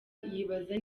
yibaza